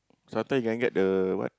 so after can I get the what